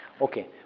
Okay